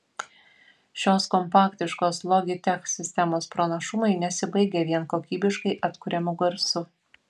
šios kompaktiškos logitech sistemos pranašumai nesibaigia vien kokybiškai atkuriamu garsu